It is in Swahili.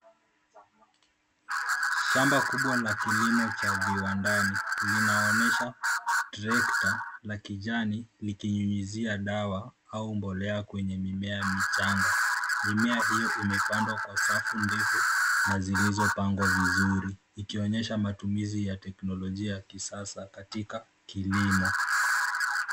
Shamba kubwa la kilimo cha viwandani ,linaoesha trekta la kijani likinyunyizia dawa au mbolea kwenye mimea michanga. Mimea hiyo imepandwa kwa safu ndefu na zilizopangwa vizuri. Ikionyesha matumizi ya teknologia ya kisasa katika kilimo.